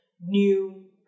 new